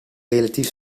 relatief